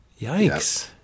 Yikes